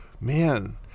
man